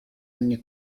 ogni